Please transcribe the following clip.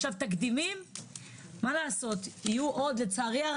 יהיו עוד אסונות, לצערי,